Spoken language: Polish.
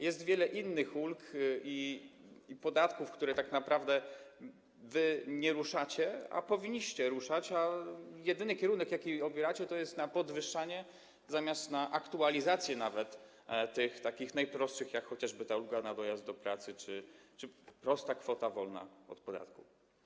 Jest wiele innych ulg i podatków, których tak naprawdę wy nie ruszacie, a powinniście je ruszać, jedyny kierunek, jaki obieracie, to kierunek na podwyższanie zamiast na aktualizację nawet tych najprostszych, jak chociażby ulga na dojazd do pracy czy prosta kwota wolna od podatku.